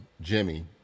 Jimmy